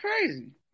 crazy